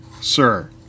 sir